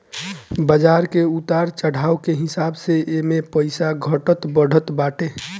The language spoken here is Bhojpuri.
बाजार के उतार चढ़ाव के हिसाब से एमे पईसा घटत बढ़त बाटे